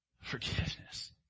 forgiveness